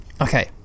Okay